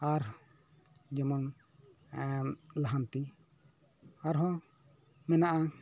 ᱟᱨ ᱡᱮᱢᱚᱱ ᱞᱟᱦᱟᱱᱛᱤ ᱟᱨᱦᱚᱸ ᱢᱮᱱᱟᱜᱼᱟ